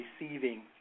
receiving